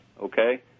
Okay